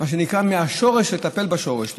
צריך מה שנקרא לטפל בשורש שלו.